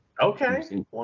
Okay